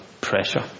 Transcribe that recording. pressure